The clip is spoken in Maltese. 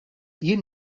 jien